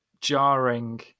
jarring